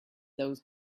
those